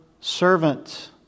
servant